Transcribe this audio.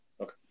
Okay